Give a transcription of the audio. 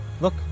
look